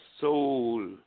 soul